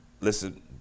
listen